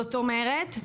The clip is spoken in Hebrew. זאת אומרת,